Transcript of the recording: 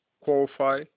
qualify